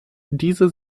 diese